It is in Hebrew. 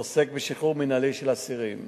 עוסק בשחרור מינהלי של אסירים